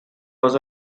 was